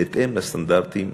בהתאם לסטנדרטים הארציים.